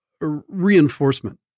reinforcement